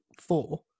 four